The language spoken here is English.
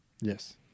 Yes